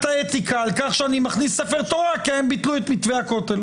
האתיקה על כך שאני מכניס ספר תורה כי הם ביטלו את מתווה הכותל.